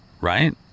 right